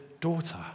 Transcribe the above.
daughter